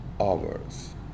hours